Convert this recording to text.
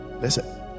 Listen